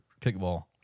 kickball